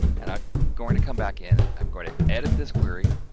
and i'm going to come back in, i'm going to edit this query